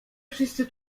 wszyscy